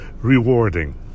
rewarding